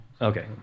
Okay